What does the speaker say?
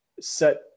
set